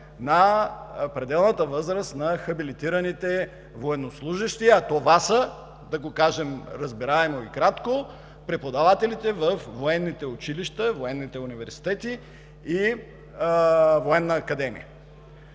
на пределната възраст на хабилитираните военнослужещи, а това са, да го кажем разбираемо и кратко, преподавателите във военните училища, военните университети и Военната академия.